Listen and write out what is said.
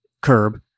curb